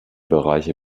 bereiche